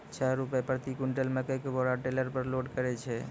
छह रु प्रति क्विंटल मकई के बोरा टेलर पे लोड करे छैय?